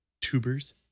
tubers